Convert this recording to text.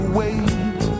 wait